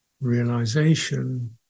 realization